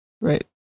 Right